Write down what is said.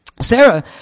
Sarah